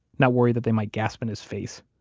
not worry that they might gasp in his face?